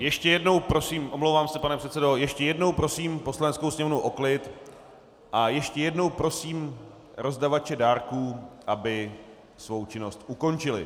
Ještě jednou prosím omlouvám se pane předsedo ještě jednou prosím Poslaneckou sněmovnu o klid a ještě jednou prosím rozdávače dárků, aby svou činnost ukončili.